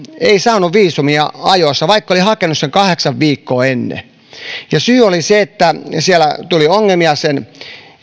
ei saanut viisumia ajoissa vaikka oli hakenut sitä kahdeksan viikkoa ennen syy oli se että siellä tuli ongelmia sen